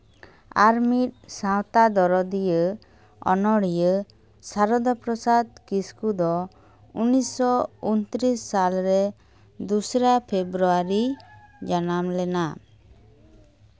ᱟᱨ ᱢᱤᱫ ᱥᱟᱶᱛᱟ ᱫᱚᱨᱚᱫᱤᱭᱟᱹ ᱚᱱᱚᱲᱦᱤᱭᱟᱹ ᱥᱟᱨᱚᱫᱟ ᱯᱨᱚᱥᱟᱫᱽ ᱠᱤᱥᱠᱩ ᱫᱚ ᱩᱱᱤᱥᱥᱚ ᱩᱱᱛᱨᱤᱥ ᱥᱟᱞᱨᱮ ᱫᱩᱥᱨᱟ ᱯᱷᱮᱵᱨᱩᱣᱟᱨᱤ ᱡᱟᱱᱟᱢ ᱞᱮᱱᱟ